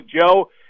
Joe